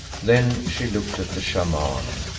then she looked at the shaman,